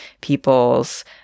people's